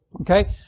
Okay